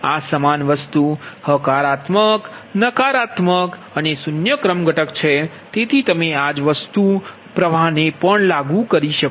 આ સમાન વસ્તુ હકારાત્મક નકારાત્મક અને 0 ક્રમ ઘટક